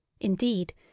indeed